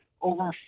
over